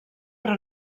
però